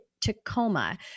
Tacoma